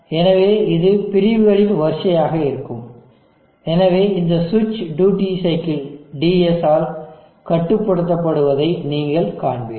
எனவே இது பிரிவுகளின் வரிசையாக இருக்கும் எனவே இந்த சுவிட்ச் டியூட்டி சைக்கிள் ds ஆல் கட்டுப்படுத்த படுவதை நீங்கள் காண்பீர்கள்